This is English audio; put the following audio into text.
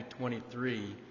23